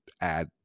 add